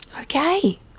Okay